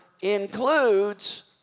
includes